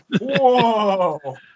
whoa